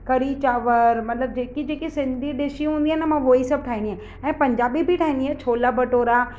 कढ़ी चांवर मतिलबु जेकी जेकी सिंधी डिशियूं हूंदी आहे न मां उहो ई सभु ठाहींदी आहियां ऐं पंजाबी बि ठाहींदी आहियां छोला भटूरा